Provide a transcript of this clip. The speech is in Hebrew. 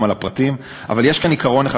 גם על הפרטים אבל יש כאן עיקרון אחד